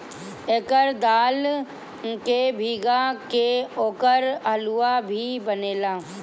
एकर दाल के भीगा के ओकर हलुआ भी बनेला